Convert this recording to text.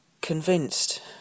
convinced